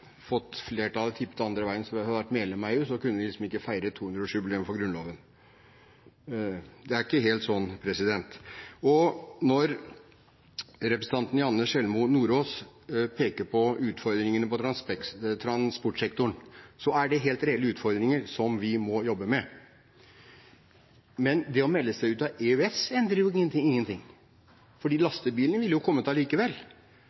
medlem av EU, hadde vi ikke kunnet feire 200-årsjubileum for Grunnloven. Det er ikke helt slik. Når representanten Janne Sjelmo Nordås peker på utfordringene innen transportsektoren, er det helt reelle utfordringer, som vi må jobbe med. Men det å melde seg ut av EØS endrer jo ingenting – lastebilene ville ha kommet allikevel.